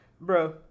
Bro